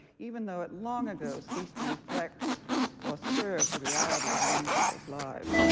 even though it long ago ceased to reflect or serve the reality of young people's lives.